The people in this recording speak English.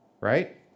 right